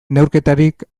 neurketarik